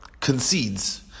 concedes